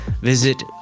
visit